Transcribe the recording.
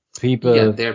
people